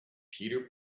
peter